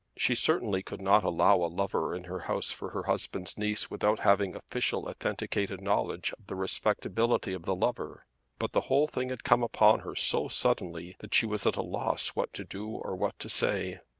she certainly could not allow a lover in her house for her husband's niece without having official authenticated knowledge of the respectability of the lover but the whole thing had come upon her so suddenly that she was at a loss what to do or what to say.